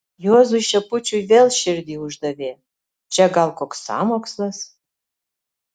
juozui šepučiui vėl širdį uždavė čia gal koks sąmokslas